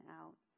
out